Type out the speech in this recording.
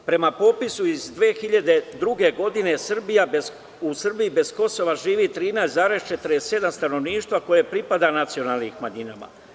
Prema popisu iz 2002. godine u Srbiji bez Kosova živi 13,47 stanovništva koje pripada nacionalnim manjinama.